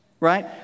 Right